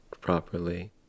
properly